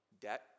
Debt